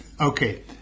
Okay